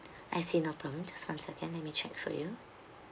I see no problem just one second let me check for you